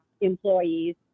employees